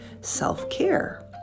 self-care